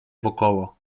wokoło